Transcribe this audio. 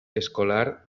escolar